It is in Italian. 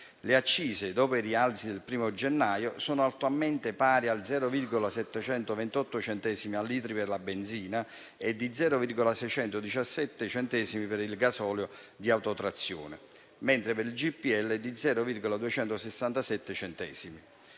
Le accise, dopo i rialzi del 1° gennaio, sono attualmente pari a 0,728 centesimi al litro per la benzina e 0,617 centesimi per il gasolio da autotrazione, mentre per il gas di petrolio